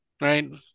right